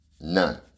None